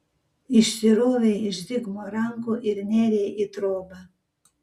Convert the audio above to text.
išsirovei iš zigmo rankų ir nėrei į trobą